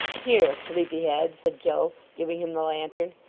here, sleepy-head said joe, giving him the lantern.